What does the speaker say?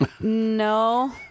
No